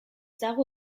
dago